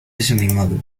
desanimado